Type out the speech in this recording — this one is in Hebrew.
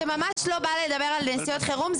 זה ממש לא בא לדבר על נסיעות חירום.